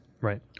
Right